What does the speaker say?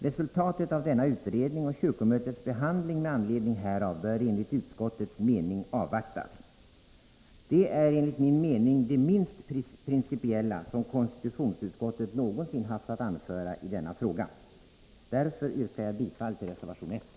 Resultatet av denna utredning och kyrkomötets behandling med anledning härav bör enligt utskottets mening avvaktas.” Detta är enligt min mening det minst principiella som konstitutionsutskottet någonsin haft att anföra i denna fråga. Därför yrkar jag bifall till reservation 1.